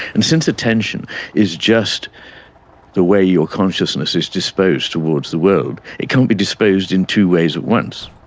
and since attention is just the way your consciousness is disposed towards the world, it can't be disposed in two ways at once.